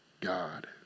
God